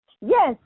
Yes